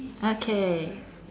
okay